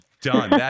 done